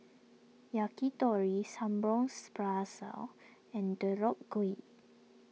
Yakitori and Deodeok Gui